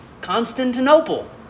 Constantinople